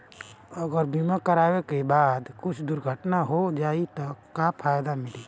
अगर बीमा करावे के बाद कुछ दुर्घटना हो जाई त का फायदा मिली?